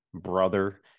brother